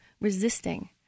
resisting